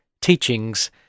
teachings